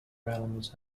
realms